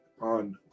on